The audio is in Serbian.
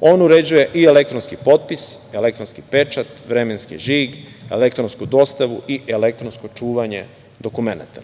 On uređuje i elektronski potpis, elektronski pečat, vremenski žig, elektronsku dostavu i elektronsko čuvanje dokumenta.